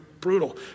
brutal